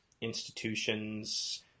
institutions